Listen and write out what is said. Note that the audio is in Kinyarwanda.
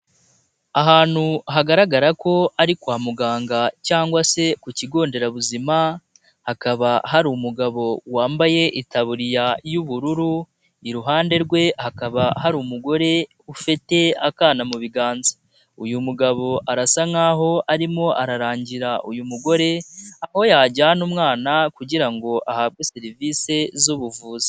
Ahantu hagaragara ko ari kwa muganga cyangwa se ku kigo nderabuzima hakaba hari umugabo wambaye itaburiya y'ubururu, iruhande rwe hakaba hari umugore ufite akana mu biganza, uyu mugabo arasa nkaho arimo ararangira uyu mugore aho yajyana umwana kugira ngo ahabwe serivisi z'ubuvuzi.